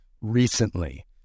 recently